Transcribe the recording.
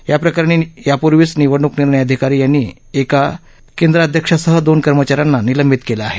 या प्रकरणी यापूर्वीच निवडणूक निर्णय अधिकारी यांनी एका केंद्राध्यक्षासह दोन कर्मचाऱ्यांना निलंबित केलं आहे